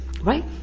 Right